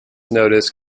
notice